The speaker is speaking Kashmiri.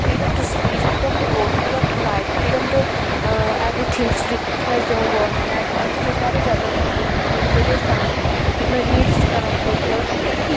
freedom to speech freedom to vote freedom to right freedom to ٲں ایوریٖتھِنٛگ چھِ اسہِ دِوان گورمیٚنٛٹ اَمہِ سۭتۍ چھُ اسہِ واریاہ زیادٕ فٲیدٕ میلان ییٚمہِ ذٔریعہِ أسۍ پَنٕنۍ نیٖڈٕس چھِ کران فُل فِل تھینٛکٕس